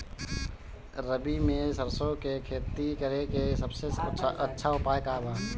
रबी में सरसो के खेती करे के सबसे अच्छा उपाय का बा?